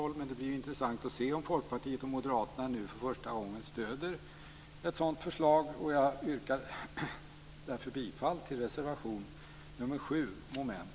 Men nu skall det bli intressant att se om Folkpartiet och Moderaterna för första gången stöder ett sådant här förslag. Jag yrkar därför bifall till reservation nr 7 under mom. 9.